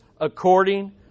according